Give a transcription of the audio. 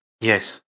Yes